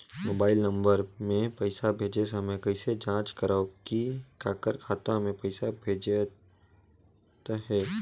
Mobile number मे पइसा भेजे समय कइसे जांच करव की काकर खाता मे पइसा भेजात हे?